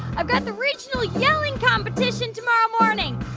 i've got the regional yelling competition tomorrow morning.